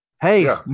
hey